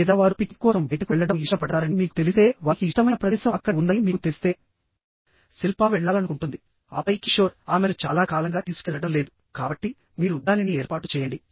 లేదా వారు పిక్నిక్ కోసం బయటకు వెళ్లడం ఇష్టపడతారని మీకు తెలిస్తే వారికి ఇష్టమైన ప్రదేశం అక్కడ ఉందని మీకు తెలిస్తే శిల్పా వెళ్లాలనుకుంటుంది ఆపై కిషోర్ ఆమెను చాలా కాలంగా తీసుకెళ్లడం లేదు కాబట్టి మీరు దానిని ఏర్పాటు చేయండి